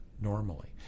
normally